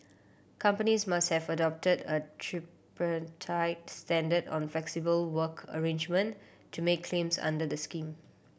companies must have adopted a tripartite standard on flexible work arrangement to make claims under the scheme